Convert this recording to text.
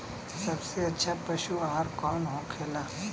सबसे अच्छा पशु आहार कौन होखेला?